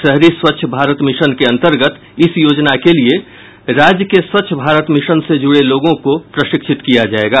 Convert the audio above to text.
शहरी स्वच्छ भारत मिशन के अंतर्गत इस योजना के लिये राज्य के स्वच्छ भारत मिशन से जुड़े लोगों को प्रशिक्षित किया जायेगा